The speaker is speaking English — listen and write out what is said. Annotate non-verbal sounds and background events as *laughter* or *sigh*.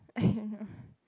I *breath* don't know